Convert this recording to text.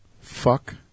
Fuck